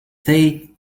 they